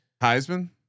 Heisman